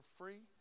free